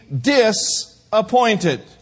disappointed